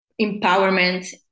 empowerment